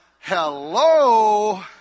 hello